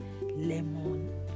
lemon